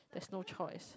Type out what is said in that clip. that's no choice